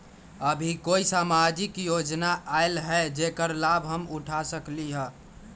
अभी कोई सामाजिक योजना आयल है जेकर लाभ हम उठा सकली ह?